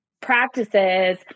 practices